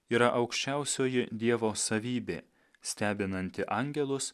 yra aukščiausioji dievo savybė stebinanti angelus